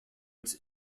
its